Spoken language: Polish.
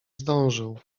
zdążył